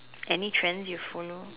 any trends you follow